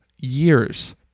years